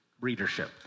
readership